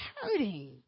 hurting